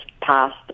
passed